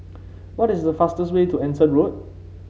what is the fastest way to Anson Road